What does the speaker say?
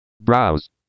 Browse